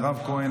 מירב כהן,